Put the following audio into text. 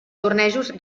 tornejos